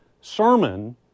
sermon